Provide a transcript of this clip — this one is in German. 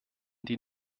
die